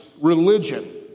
religion